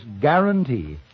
guarantee